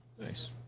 nice